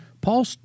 Paul